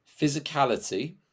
physicality